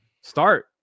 start